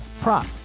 prop